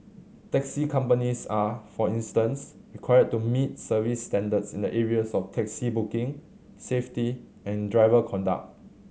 taxi companies are for instance required to meet service standards in the areas of taxi booking safety and driver conduct